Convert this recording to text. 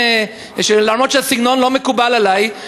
אומנם הסגנון לא מקובל עלי,